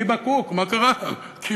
גיב א קוק, מה קרה כאן?